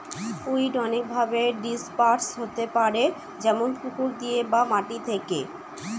weed অনেকভাবে disperse হতে পারে যেমন পুকুর দিয়ে বা মাটি থেকে